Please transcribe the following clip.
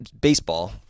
baseball